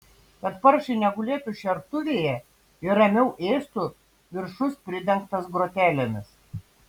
kad paršai negulėtų šertuvėje ir ramiau ėstų viršus pridengtas grotelėmis